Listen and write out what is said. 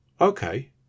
Okay